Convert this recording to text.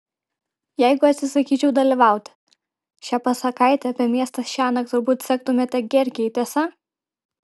jeigu atsisakyčiau dalyvauti šią pasakaitę apie miestą šiąnakt turbūt sektumėte gierkei tiesa